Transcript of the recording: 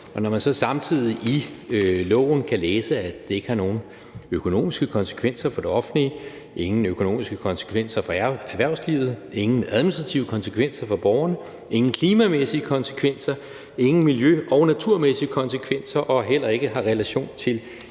Når man så samtidig i lovforslaget kan læse, at det ikke har nogen økonomiske konsekvenser for det offentlige, ingen økonomiske konsekvenser for erhvervslivet, ingen administrative konsekvenser for borgerne, ingen klimamæssige konsekvenser, ingen miljø- og naturmæssige konsekvenser og heller ikke har relation til